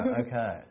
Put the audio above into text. okay